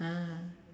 ah